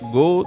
go